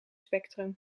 spectrum